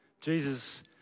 Jesus